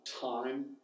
time